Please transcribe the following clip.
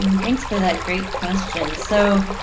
thanks for that great question. so,